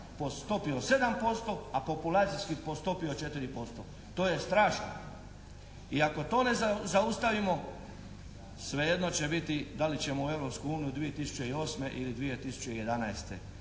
po stopi od 7%, a populacijski po stopi od 4%. To je strašno i ako to ne zaustavimo svejedno će biti da li ćemo u Europsku uniju 2008.